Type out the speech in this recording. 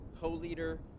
co-leader